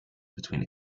between